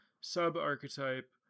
sub-archetype